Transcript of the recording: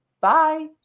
Bye